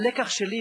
הלקח שלי,